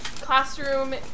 classroom